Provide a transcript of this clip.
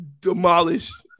demolished